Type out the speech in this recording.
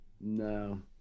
no